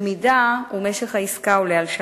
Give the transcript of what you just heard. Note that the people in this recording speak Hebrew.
אם משך העסקה עולה על שנה.